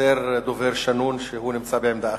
חסר דובר שנון שנמצא בעמדה אחרת.